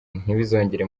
ntibizongere